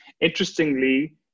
Interestingly